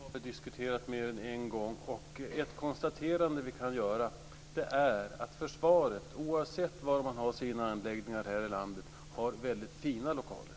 Fru talman! Ja, det har vi diskuterat mer än en gång. Ett konstaterande som vi kan göra är att försvaret, oavsett var man har sina anläggningar här i landet, har väldigt fina lokaler.